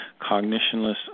cognitionless